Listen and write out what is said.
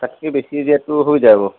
তাতকৈ বেছি দিয়াটো অসুবিধা হ'ব